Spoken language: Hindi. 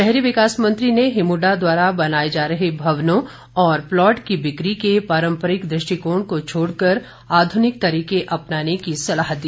शहरी विकास मंत्री ने हिमुडा द्वारा बनाए जा रहे भवनों और प्लॉट की बिक्री के पारम्परिक दृष्टिकोण को छोड़कर आध्रनिक तरीके अपनाने की सलाह दी